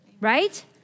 Right